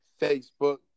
Facebook